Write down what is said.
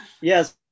yes